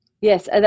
Yes